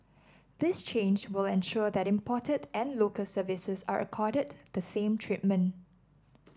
this change will ensure that imported and Local Services are accorded the same treatment